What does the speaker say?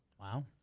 Wow